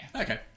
Okay